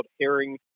Herring